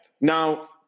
now